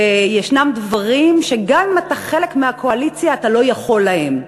שיש דברים שגם אם אתה חלק מהקואליציה אתה לא יכול להם,